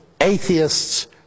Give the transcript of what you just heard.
atheists